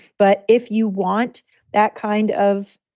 but if you want that kind of,